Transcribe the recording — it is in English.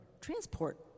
transport